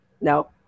No